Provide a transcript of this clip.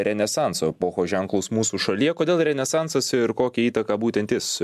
renesanso epochos ženklus mūsų šalyje kodėl renesansas ir kokią įtaką būtent jis